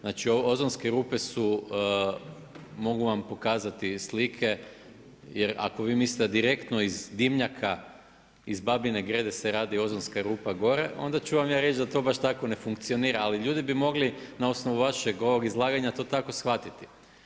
Znači ozonske rupe su, mogu vam pokazati slike jer ako vi mislite direktno iz dimnjaka iz Babine Grede se radi ozonska rupa gore, onda ću vam ja reći da to baš tako ne funkcionira, ali ljudi bi mogli na osnovu vašeg ovog izlaganja to tako shvatiti.